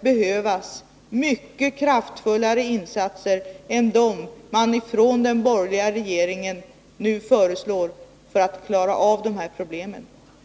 behövas mycket kraftfullare insatser än dem som man från den borgerliga regeringen nu föreslår för att klara av dessa problem.